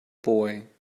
boy